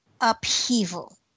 upheaval